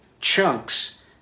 chunks